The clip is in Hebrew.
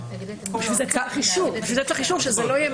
לכן צריך אישור.